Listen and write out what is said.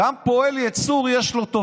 לפתוח את זה.